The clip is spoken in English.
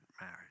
married